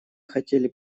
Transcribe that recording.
хотели